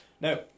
No